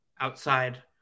outside